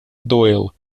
doyle